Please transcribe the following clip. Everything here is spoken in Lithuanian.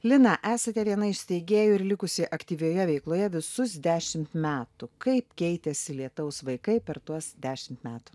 lina esate viena iš steigėjų ir likusi aktyvioje veikloje visus dešimt metų kaip keitėsi lietaus vaikai per tuos dešimt metų